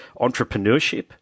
entrepreneurship